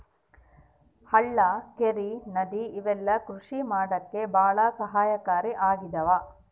ಹಳ್ಳ ಕೆರೆ ನದಿ ಇವೆಲ್ಲ ಕೃಷಿ ಮಾಡಕ್ಕೆ ಭಾಳ ಸಹಾಯಕಾರಿ ಆಗಿದವೆ